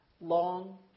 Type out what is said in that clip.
long